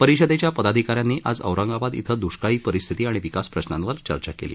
परिषदेच्या पदाधिकाऱ्यांनी आज औरंगाबाद इथं द्ष्काळी परिस्थिती आणि विकास प्रश्नांवर चर्चा केली